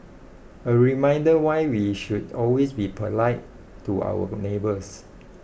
a reminder why we should always be polite to our neighbours